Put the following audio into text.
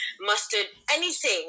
mustard—anything